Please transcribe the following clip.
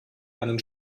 einen